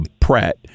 Pratt